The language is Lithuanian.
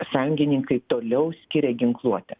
sąjungininkai toliau skiria ginkluotę